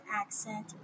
accent